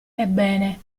ebbene